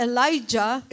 Elijah